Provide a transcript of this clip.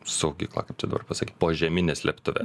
saugykla kaip čia dabar pasakyt požemine slėptuve